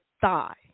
thigh